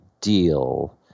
deal